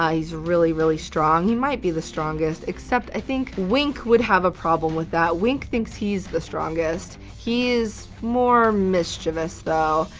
he's really, really strong. he might be the strongest, except, i think, wink would have a problem with that. wink thinks he's the strongest. he is more mischievous, though.